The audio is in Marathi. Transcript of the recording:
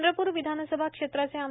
चंद्रपूर विधानसभा क्षेत्राचे आ